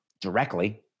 directly